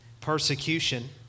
persecution